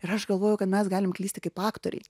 ir aš galvojau kad mes galim klysti kaip aktoriai